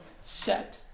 set